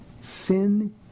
sin